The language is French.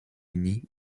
uni